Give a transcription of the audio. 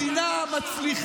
לקחתם מדינה מצליחה,